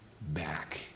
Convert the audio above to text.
back